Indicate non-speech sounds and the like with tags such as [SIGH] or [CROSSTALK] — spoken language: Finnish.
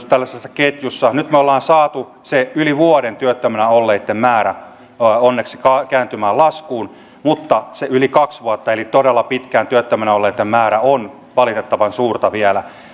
[UNINTELLIGIBLE] tällaisessa ketjussa nyt me olemme saaneet yli vuoden työttöminä olleitten määrän onneksi kääntymään laskuun mutta sen yli kaksi vuotta eli todella pitkään työttöminä olleitten määrä on valitettavan suurta vielä